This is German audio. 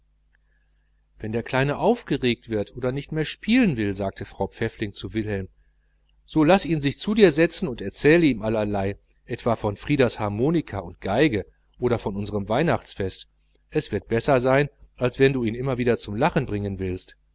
wenn der kleine aufgeregt wird oder nicht mehr spielen will sagte frau pfäffling zu wilhelm so laß ihn sich zu dir setzen und erzähle ihm allerlei etwa von frieders harmonika und geige oder von unserem weihnachtsfest es wird besser sein als wenn du ihn immer zum lachen bringen willst